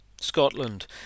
Scotland